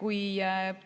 Kui